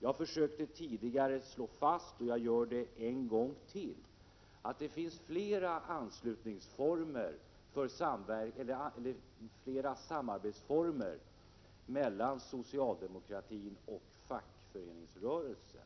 Jag försökte tidigare slå fast — och jag gör det en gång till — att det finns flera anslutningsoch samarbetsformer mellan socialdemokratin och fackföreningsrörelsen.